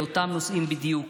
באותם נושאים בדיוק,